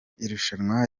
irushanwa